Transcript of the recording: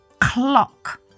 clock